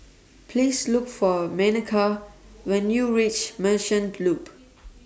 Please Look For Makena when YOU REACH Merchant Loop